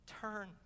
Turn